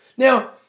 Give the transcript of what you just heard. Now